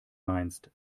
meinst